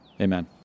Amen